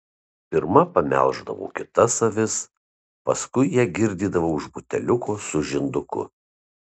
pirma pamelždavau kitas avis paskui ją girdydavau iš buteliuko su žinduku